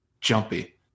jumpy